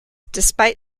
despite